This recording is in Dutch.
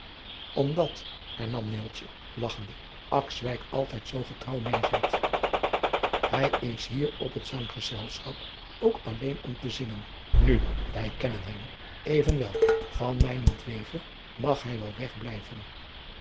lagchende akswijk altijd zoo getrouw meêzingt hij is hier op het zanggezelschap ook alleen om te zingen nu wij kennen hem evenwel van mijnent wege mag hij wel weg